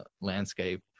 landscape